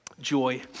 joy